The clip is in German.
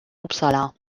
uppsala